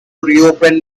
reopen